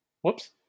whoops